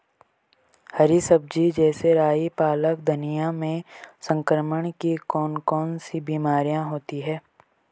हरी सब्जी जैसे राई पालक धनिया में संक्रमण की कौन कौन सी बीमारियां होती हैं?